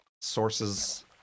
Sources